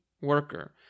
worker